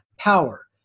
Power